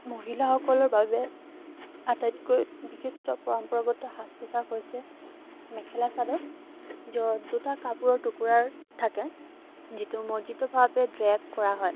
মহিলাসকলৰ বাবে আটাইতকৈ বিশিষ্ট পৰম্পৰাগত সাজ পোছাক হৈছে মেখেলা চাদৰ য'ত দুটা কাপোৰৰ টুকুৰাৰ থাকে যিটো মৰ্জিতভাৱে ড্ৰেপ কৰা হয়